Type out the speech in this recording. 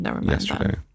yesterday